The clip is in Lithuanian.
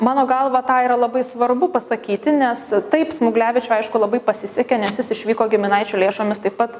mano galva tą yra labai svarbu pasakyti nes taip smuglevičiui aišku labai pasisekė nes jis išvyko giminaičių lėšomis taip pat